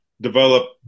develop